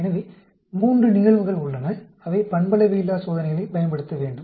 எனவே 3 நிகழ்வுகள் உள்ளன அவை பண்பளவையில்லாச் சோதனைகளைப் பயன்படுத்த வேண்டும்